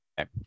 Okay